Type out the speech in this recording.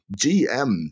GM